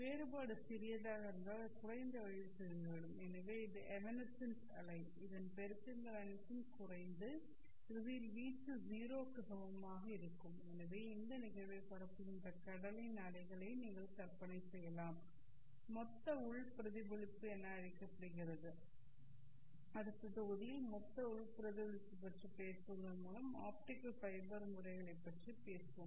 வேறுபாடு சிறியதாக இருந்தால் அது குறைந்த வழியில் சிதைந்துவிடும் எனவே இது எவனெசென்ட் அலை இதன் பெருக்கங்கள் அனைத்தும் குறைந்து இறுதியில் வீச்சு 0 க்கு சமமாக இருக்கும் எனவே இந்த நிகழ்வை பரப்புகின்ற கடலில் அலைகளை நீங்கள் கற்பனை செய்யலாம் மொத்த உள் பிரதிபலிப்பு என அழைக்கப்படுகிறது அடுத்த தொகுதியில் மொத்த உள் பிரதிபலிப்பு பற்றி பேசுவதன் மூலம் ஆப்டிகல் ஃபைபர் முறைகளைப் பற்றி பேசுவோம்